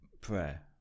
prayer